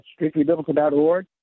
strictlybiblical.org